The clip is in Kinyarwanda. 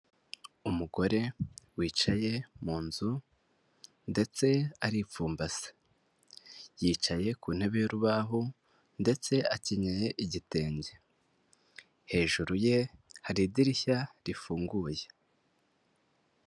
Umugore wicaye mu nzu ndetse aripfumbase, yicaye ku ntebe y'urubaho ndetse akenyeye igitenge, hejuru ye hari idirishya rifunguye.